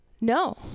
No